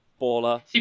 Baller